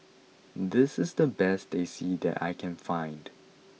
this is the best Teh C that I can find